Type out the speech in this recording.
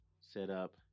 setup